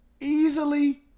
easily